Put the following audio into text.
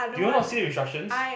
did y'all not see the instructions